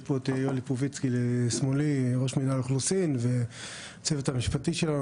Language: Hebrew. יש פה את יואל ליפובצקי משמאלי ראש מנהל אוכלוסין והצוות המשפטי שלנו,